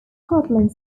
scotland